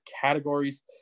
categories